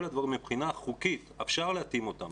הדברים מבחינה חוקית אפשר להתאים אותם.